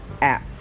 app